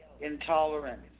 Intolerance